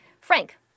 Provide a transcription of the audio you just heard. Frank